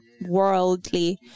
worldly